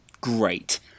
great